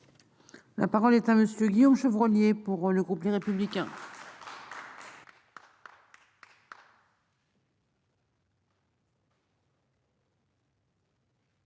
La parole est à M. Guillaume Chevrollier, pour le groupe Les Républicains.